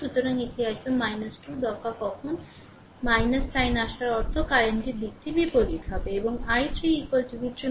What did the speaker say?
সুতরাং এটি আসবে 2 দফা কখন সাইন আসার অর্থ কারেন্টর দিকটি বিপরীত হবে